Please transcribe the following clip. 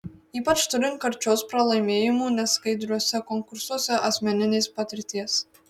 ypač turint karčios pralaimėjimų neskaidriuose konkursuose asmeninės patirties